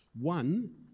One